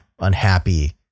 unhappy